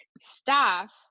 staff